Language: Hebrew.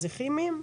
כימיים?